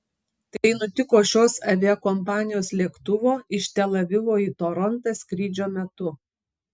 tai nutiko šios aviakompanijos lėktuvo iš tel avivo į torontą skrydžio metu